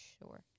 sure